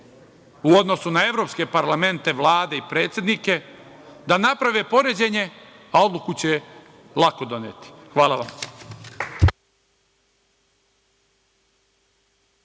u odnosu na evropske parlamente, Vlade i predsednike, da naprave poređenje a odluku će lako doneti. Hvala.